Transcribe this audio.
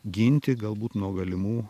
ginti galbūt nuo galimų